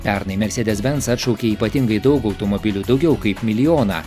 pernai mercedes benz atšaukė ypatingai daug automobilių daugiau kaip milijoną